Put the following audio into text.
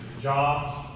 jobs